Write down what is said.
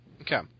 Okay